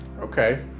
Okay